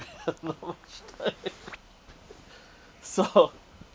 not much time so